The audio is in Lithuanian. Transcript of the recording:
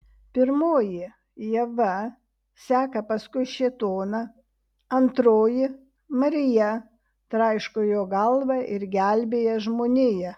pirmoji ieva seka paskui šėtoną antroji marija traiško jo galvą ir gelbėja žmoniją